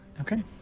okay